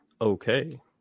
okay